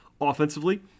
offensively